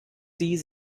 sie